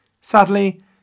Sadly